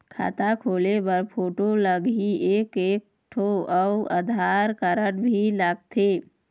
खाता खोले बर फोटो लगही एक एक ठो अउ आधार कारड भी लगथे?